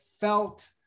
felt